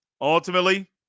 Ultimately